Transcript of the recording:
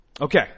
Okay